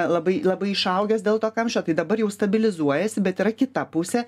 labai labai išaugęs dėl to kamščio tai dabar jau stabilizuojasi bet yra kita pusė